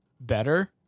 better